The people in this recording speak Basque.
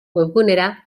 webgunera